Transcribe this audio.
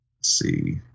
see